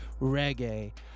reggae